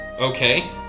Okay